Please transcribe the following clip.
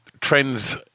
trends